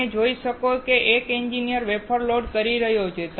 તમે જોઈ શકો છો કે એક એન્જિનિયર વેફર લોડ કરી રહ્યો છે